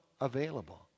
available